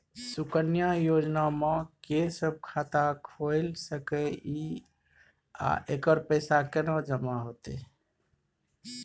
सुकन्या योजना म के सब खाता खोइल सके इ आ एकर पैसा केना जमा होतै?